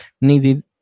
needed